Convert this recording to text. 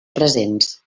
presents